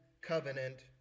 covenant